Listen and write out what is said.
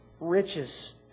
riches